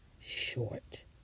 short